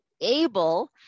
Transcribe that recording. able